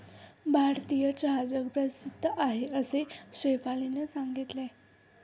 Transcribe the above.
भारतीय चहा जगप्रसिद्ध आहे असे शेफालीने सांगितले